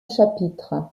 chapitres